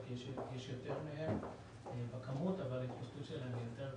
יש יותר מהם בכמות אבל ההתפשטות שלהם היא יותר קצרה.